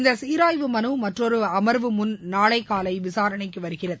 இந்த சீராய்வு மனு மற்றொரு அமர்வு முன் நாளை காலை விசாரணைக்கு வருகிறது